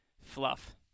fluff